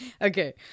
okay